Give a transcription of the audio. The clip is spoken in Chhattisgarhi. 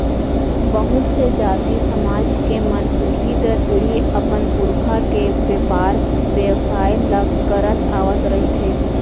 बहुत से जाति, समाज के मन पीढ़ी दर पीढ़ी अपन पुरखा के बेपार बेवसाय ल करत आवत रिहिथे